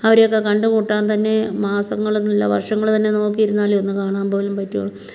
അവരെക്കെ കണ്ട് മുട്ടാൻ തന്നെ മാസങ്ങളെന്നില്ല വർഷങ്ങൾ തന്നെ നോക്കി ഇരുന്നാലേ ഒന്ന് കാണാൻപോലും പറ്റുവൊള്ളൂ